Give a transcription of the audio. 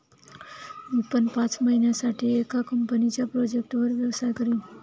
मी पण पाच महिन्यासाठी एका कंपनीच्या प्रोजेक्टवर व्यवसाय करीन